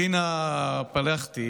אלינה פלחטי